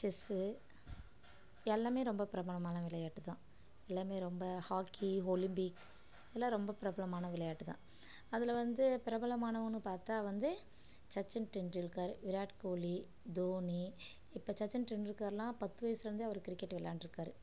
chess எல்லாம் ரொம்ப பிரபலமான விளையாட்டு தான் எல்லாம் ரொம்ப ஹாக்கி ஒலிம்பிக் இதெல்லாம் ரொம்ப பிரபலாமான விளையாட்டு தான் அதில் வந்து பிரபலமானவங்கன்னு பார்த்தா வந்து சச்சின் டெண்டுல்கர் இருக்கார் விராட் கோலி தோனி இப்போ சச்சின் டெண்டுல்க்கர்லாம் பத்து வயதில் இருந்து அவர் கிரிக்கெட்டு விளாண்டுட்டு இருக்கார்